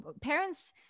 parents